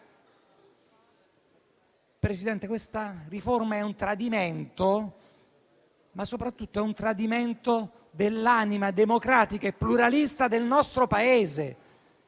Presidente, questa riforma è un tradimento. Ma soprattutto è un tradimento dell'anima democratica e pluralista del nostro Paese.